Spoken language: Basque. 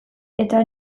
eta